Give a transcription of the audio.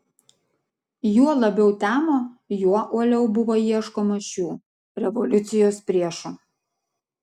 juo labiau temo juo uoliau buvo ieškoma šių revoliucijos priešų